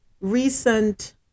recent